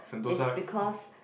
is because